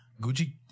Gucci